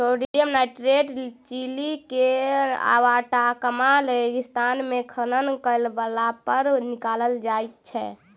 sodium nitrate Chile के Atacama रेगिस्तान मे खनन कयलापर निकालल जाइत छै